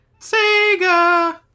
Sega